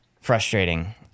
frustrating